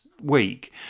Week